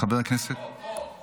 חבר הכנסת, פה, פה.